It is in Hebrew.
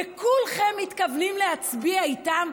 וכולכם מתכוונים להצביע איתם,